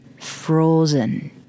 frozen